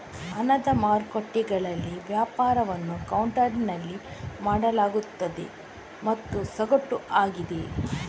ಹಣದ ಮಾರುಕಟ್ಟೆಗಳಲ್ಲಿ ವ್ಯಾಪಾರವನ್ನು ಕೌಂಟರಿನಲ್ಲಿ ಮಾಡಲಾಗುತ್ತದೆ ಮತ್ತು ಸಗಟು ಆಗಿದೆ